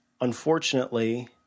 unfortunately